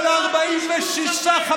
מי התחנן אליך?